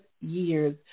years